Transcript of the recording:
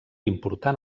important